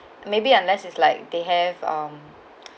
maybe unless is like they have um